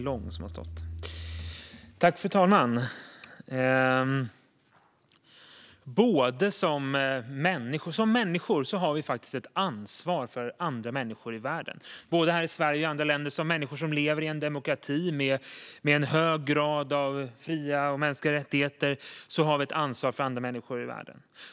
Fru talman! Som människor har vi faktiskt ett ansvar för andra människor i världen - både här i Sverige och i andra länder. Som människor som lever i en demokrati med en hög grad av frihet och mänskliga rättigheter har vi ett ansvar för andra människor i världen.